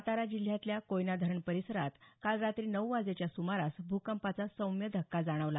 सातारा जिल्ह्यातल्या कोयना धरण परिसरात काल रात्री नऊ वाजेच्या सुमारास भूकंपाचा सौम्य धक्का जाणवला